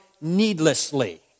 needlessly